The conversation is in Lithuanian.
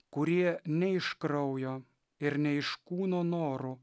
kurie ne iš kraujo ir ne iš kūno norų